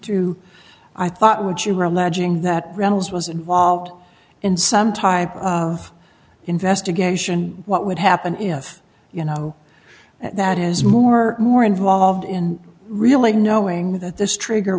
that reynolds was involved in some type of investigation what would happen if you know that is more or more involved in really knowing that this trigger